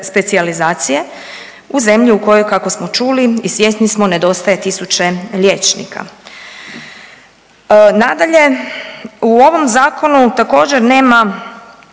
u zemlji u kojoj, kako smo čuli i svjesni smo, nedostaje tisuće liječnika. Nadalje, u ovom zakonu također nema